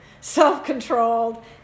self-controlled